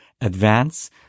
advance